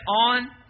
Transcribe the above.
on